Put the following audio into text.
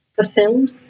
Fulfilled